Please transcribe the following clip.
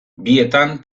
bietan